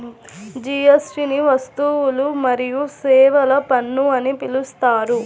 జీఎస్టీని వస్తువులు మరియు సేవల పన్ను అని పిలుస్తారు